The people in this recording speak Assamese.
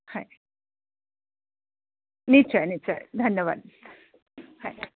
হয় নিশ্চয় নিশ্চয় ধন্যবাদ হয়